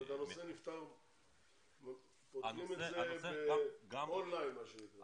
אומרת פותרים את זה באון ליין מה שנקרא.